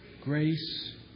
Grace